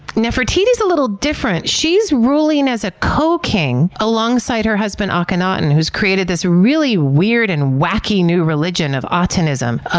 nefertiti is a little different. she's ruling as a co-king alongside her husband ah akhenaten, and who's created this really weird and wacky new religion of ah atenism,